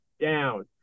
down